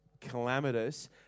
calamitous